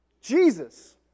Jesus